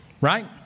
right